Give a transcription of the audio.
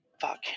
fuck